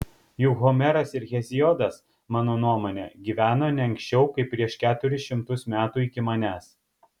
juk homeras ir heziodas mano nuomone gyveno ne anksčiau kaip prieš keturis šimtus metų iki manęs